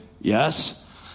Yes